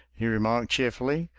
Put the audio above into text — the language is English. he remarked cheerfully.